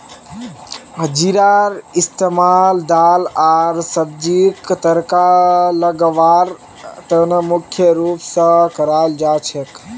जीरार इस्तमाल दाल आर सब्जीक तड़का लगव्वार त न मुख्य रूप स कराल जा छेक